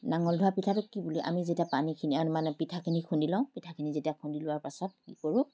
নাঙল ধোৱা পিঠাটোক কি বোলো আমি যেতিয়া পানীখিনি মানে পিঠাখিনি খুন্দি লওঁ পিঠাখিনি যেতিয়া খুন্দি লোৱাৰ পাছত কি কৰোঁ